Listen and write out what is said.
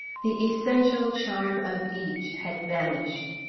the essential charm of each had vanished.